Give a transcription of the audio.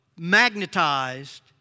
magnetized